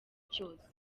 cyose